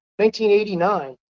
1989